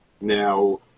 Now